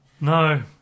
No